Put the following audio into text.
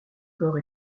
corps